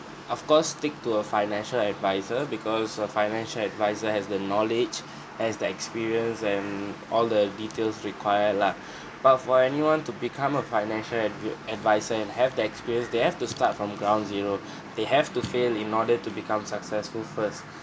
of course stick to a financial advisor because a financial advisor has the knowledge has the experience and all the details required lah but for anyone to become a financial advi~ advisor and have the experience they have to start from ground zero they have to fail in order to become successful first